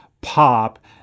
pop